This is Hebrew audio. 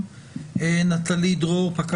של המועצה,